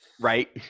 Right